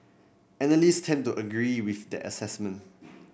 analysts tend to agree with that assessment